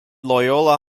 loyola